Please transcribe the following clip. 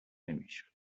نمیشد